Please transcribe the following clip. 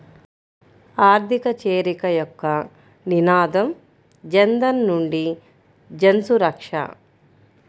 ఆర్థిక చేరిక యొక్క నినాదం జనధన్ నుండి జన్సురక్ష